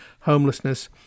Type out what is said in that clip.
homelessness